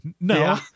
No